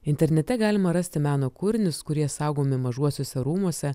internete galima rasti meno kūrinius kurie saugomi mažuosiuose rūmuose